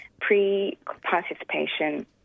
pre-participation